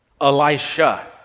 Elisha